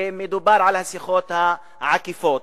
ומדובר על השיחות העקיפות.